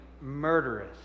murderous